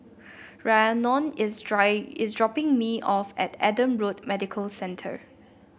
Rhiannon is dry is dropping me off at Adam Road Medical Centre